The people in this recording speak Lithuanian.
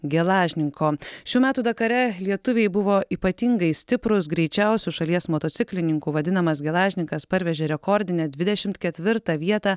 gelažninko šių metų dakare lietuviai buvo ypatingai stiprūs greičiausiu šalies motociklininku vadinamas gelažnikas parvežė rekordinę dvidešimt ketvirtą vietą